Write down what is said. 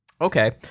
Okay